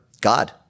God